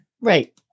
Right